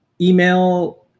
email